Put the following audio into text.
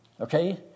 Okay